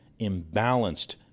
imbalanced